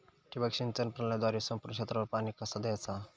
ठिबक सिंचन प्रणालीद्वारे संपूर्ण क्षेत्रावर पाणी कसा दयाचा?